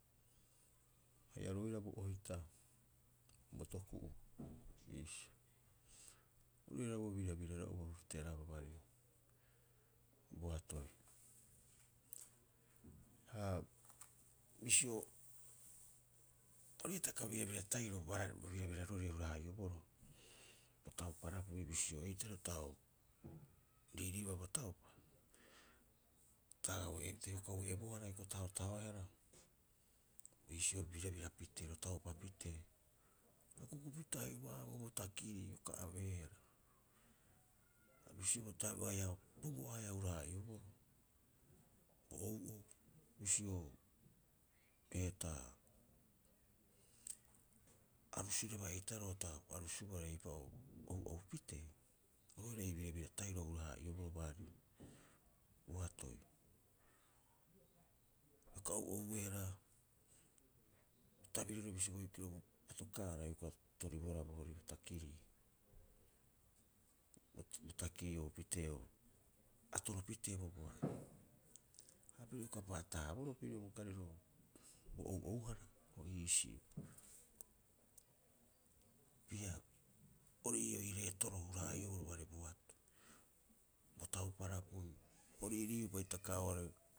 Haia oru oira bo ohita bo toku'u iisio. Oru oira a bo birabira ro'oo tearaapa baari boatoi. Ha bisio ori hitaka birabira tahirio bo birabira rori hurara'ioboroo bo tauparapiu bisio eitaroo ta o riiriibaa bo taupa ta aga ue'epitee ioka ue'e bohara ioka tahotahoehara iisio birabirapitee ro taupapitee, a kukupita heuaboo bo takirii ioka abeehara, ha bisio bo taebuu'oo haia boboa a hura- haa'iobooroo bo ou'ou bisio heetaa, arusurebaa eitaaro ta arusubohara eipa'oo ou'oupitee oo'ore birabira tahiroo hura- haa'ioboroo boatoi. Ioka ou'ouehara bo tabirirrori bisio boikiro bo tookaara ioka toribohara boore bo takirii, bo takirii oupitee o atoropitee bo boa hapiro ioka paatabohara pirio bo kariroo bo ou'ouhara o iisio ia ori ii retoroo hurahara ioboroo baari boatoi bo tauparapuu o riirii'opa hitaka oo'ore.